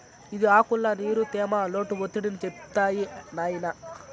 ఇది ఆకుల్ల నీరు, తేమ, లోటు ఒత్తిడిని చెప్తాది నాయినా